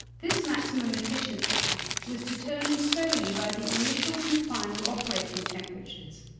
this maximum efficiency was determined solely by the initial and final operating temperatures.